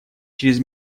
через